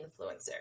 influencer